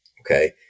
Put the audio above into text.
Okay